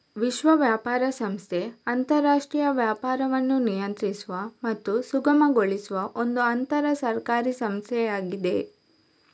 ವಿಶ್ವ ವ್ಯಾಪಾರ ಸಂಸ್ಥೆ ಅಂತರಾಷ್ಟ್ರೀಯ ವ್ಯಾಪಾರವನ್ನು ನಿಯಂತ್ರಿಸುವ ಮತ್ತು ಸುಗಮಗೊಳಿಸುವ ಒಂದು ಅಂತರ ಸರ್ಕಾರಿ ಸಂಸ್ಥೆಯಾಗಿದೆ